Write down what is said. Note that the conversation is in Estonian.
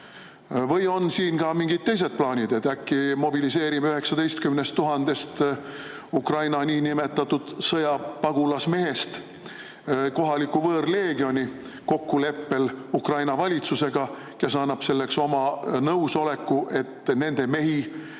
Või on siin ka mingid teised plaanid? Äkki mobiliseerime 19 000-st Ukraina niinimetatud sõjapagulasest kohaliku võõrleegioni kokkuleppel Ukraina valitsusega, kes annab oma nõusoleku, et nende mehi